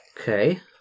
Okay